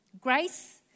Grace